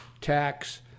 tax